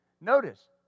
Notice